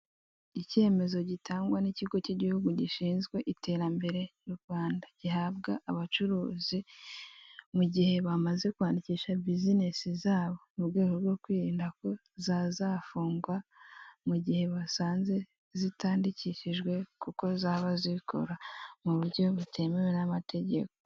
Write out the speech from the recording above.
Icyemezo gitangwa n'ikigo k'igihugu gishinzwe iterambere mu Rwanda gihabwa abacuruzi mu gihe bamaze kwandikisha bizinesi zabo, mu rwego rwo kwirinda ko zazafungwa mu gihe basanze zitandikishijwe kuko zaba zikora mu buryo butemewe n'amategeko.